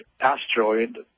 asteroid